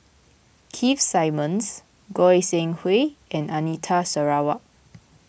Keith Simmons Goi Seng Hui and Anita Sarawak